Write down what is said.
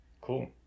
Cool